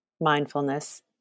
Mindfulness